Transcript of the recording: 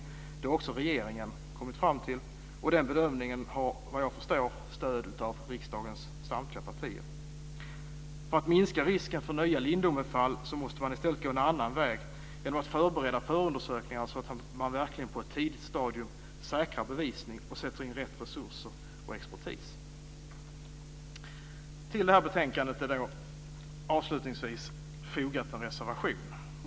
Det har också regeringen kommit fram till, och den bedömningen har vad jag förstår stöd av riksdagens samtliga partier. För att minska risken för nya Lindomefall måste man i stället gå en annan väg genom att förbereda förundersökningar så att man verkligen på ett tidigt stadium säkrar bevisning och sätter in rätt resurser och expertis. Till det här betänkandet är, avslutningsvis, en reservation fogad.